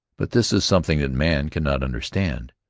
but this is something that man cannot understand,